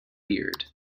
beard